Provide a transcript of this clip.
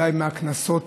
אולי מהכנסות